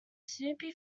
snoopy